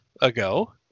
ago